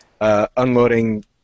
unloading